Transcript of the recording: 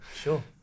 Sure